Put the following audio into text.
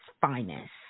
finest